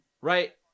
Right